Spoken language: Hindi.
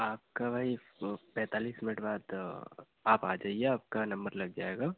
आपका भाई पैंतालीस मिनट बाद आप आ जाइए आपका नंबर लग जाएगा